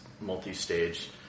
multi-stage